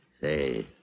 Say